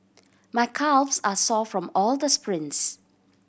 my calves are sore from all the sprints